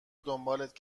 دنبالت